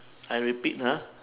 I repeat ha